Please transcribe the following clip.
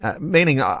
meaning